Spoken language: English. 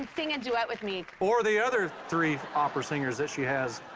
sing a duet with me? or the other three opera singers that she has